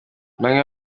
bamwe